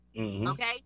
Okay